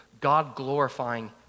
God-glorifying